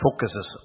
focuses